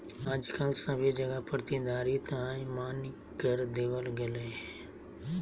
आजकल सभे जगह प्रतिधारित आय मान्य कर देवल गेलय हें